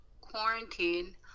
quarantine